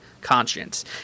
conscience